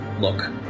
look